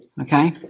Okay